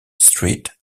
street